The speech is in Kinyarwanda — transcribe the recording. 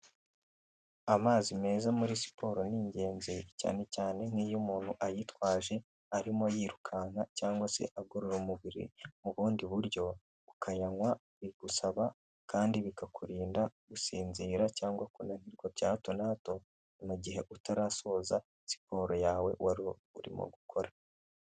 Amazi meza muri siporo ni ingenzi, cyane cyane nk'iyo umuntu ayitwaje arimo yirukanka, cyangwa se agorora umubiri mu bundi buryo, ukanywa bigusaba kandi bikakurinda gusinzira cyangwa kunanirwa bya hato na hato, mu gihe utarasoza siporo yawe wari urimo gukora.